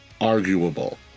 arguable